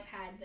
iPad